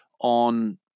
on